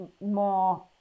more